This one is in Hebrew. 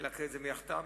להקריא את זה מהכתב,